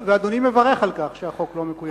ואדוני מברך על כך שהחוק לא מקוים.